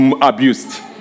abused